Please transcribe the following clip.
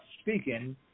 speaking